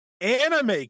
anime